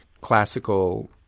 classical